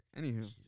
Anywho